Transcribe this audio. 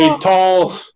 tall